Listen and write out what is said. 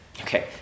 Okay